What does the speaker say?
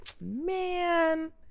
man